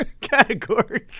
category